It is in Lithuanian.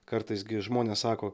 kartais gi žmonės sako